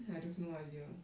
I don't no idea